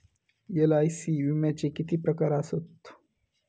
LIC विम्याचे किती प्रकार आसत?